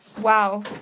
wow